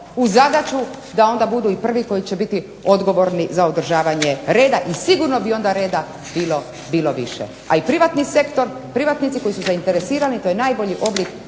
u zadaću da onda budu i prvi koji će biti odgovorni za održavanje reda i sigurno bi onda reda bilo, bilo više. A i privatni sektor, privatnici koji su zainteresirani, to je najbolji oblik,